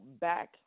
back